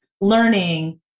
learning